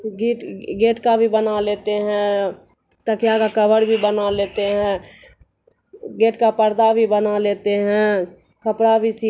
گٹ گیٹ کا بھی بنا لیتے ہیں تکیا کا کور بھی بنا لیتے ہیں گیٹ کا پردہ بھی بنا لیتے ہیں کپڑا بھی سی